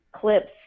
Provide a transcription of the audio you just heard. clips